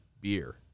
beer